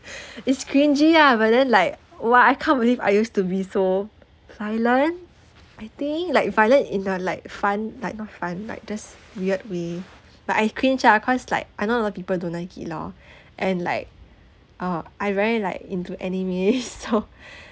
it's cringey ah but then like !wah! I can't believe I used to be so violent I think like violent in uh like fun like not fun like just weird way but I cringe ah cause like I know a lot of people don't like lor and like uh I very like into anime so